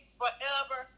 forever